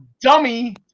dummy